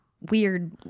weird